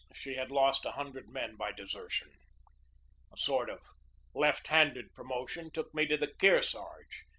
she had lost a hundred men by desertion. a sort of left-handed promotion took me to the kearsarge,